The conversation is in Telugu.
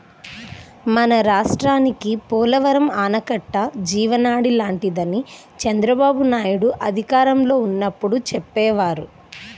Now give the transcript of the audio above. మన రాష్ట్రానికి పోలవరం ఆనకట్ట జీవనాడి లాంటిదని చంద్రబాబునాయుడు అధికారంలో ఉన్నప్పుడు చెప్పేవారు